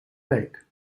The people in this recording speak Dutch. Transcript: week